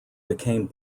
became